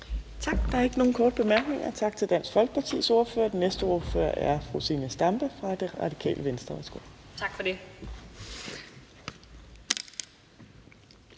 Torp): Der er ikke nogen korte bemærkninger. Tak til Dansk Folkepartis ordfører, og den næste ordfører er fru Zenia Stampe fra Det Radikale Venstre. Værsgo. Kl.